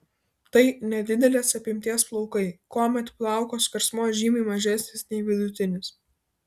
tai nedidelės apimties plaukai kuomet plauko skersmuo žymiai mažesnis nei vidutinis